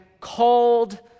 called